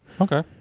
okay